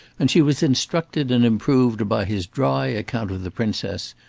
and she was instructed and improved by his dry account of the princess,